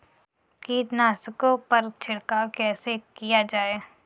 कीटनाशकों पर छिड़काव कैसे किया जाए?